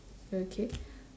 okay